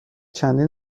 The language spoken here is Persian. چندین